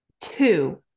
Two